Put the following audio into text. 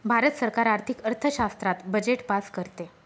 भारत सरकार आर्थिक अर्थशास्त्रात बजेट पास करते